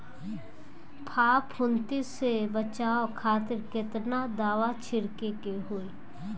फाफूंदी से बचाव खातिर केतना दावा छीड़के के होई?